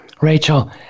Rachel